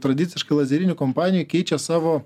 tradiciškai lazerinių kompanijų keičia savo